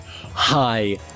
Hi